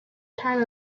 time